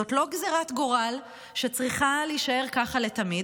זו לא גזרת גורל שצריכה להישאר לתמיד.